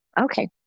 Okay